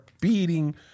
beating